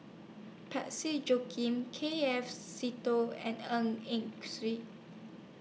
Parsick Joaquim K F Seetoh and Ng Yak Swhee